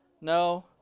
No